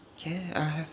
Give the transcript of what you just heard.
can I have